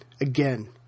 again